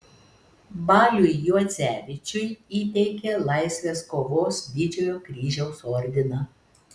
baliui juodzevičiui įteikė laisvės kovos didžiojo kryžiaus ordiną